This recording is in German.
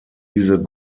diese